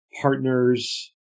partners